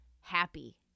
happy